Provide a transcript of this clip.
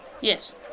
yes